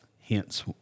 hence